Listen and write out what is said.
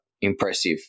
impressive